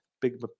big